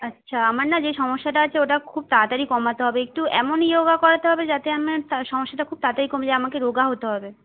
আচ্ছা আমার না যে সমস্যাটা আছে ওটা খুব তাড়াতাড়ি কমাতে হবে একটু এমন ইয়োগা করাতে হবে যাতে আমার সমস্যাটা খুব তাড়াতাড়ি কমে যায় আমাকে রোগা হতে হবে